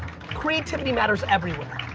creativity matters everywhere.